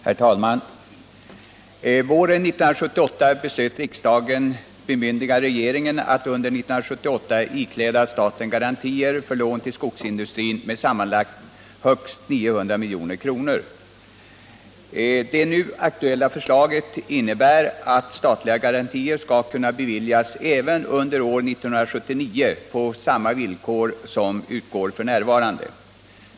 Herr talman! Våren 1978 beslöt riksdagen bemyndiga regeringen att under 1978 ikläda staten garantier för lån till skogsindustrin med sammanlagt högst 900 milj.kr. Det nu aktuella förslaget innebär att statliga garantier skall kunna beviljas även under år 1979 på samma villkor som f.n.